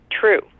True